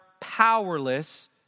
powerless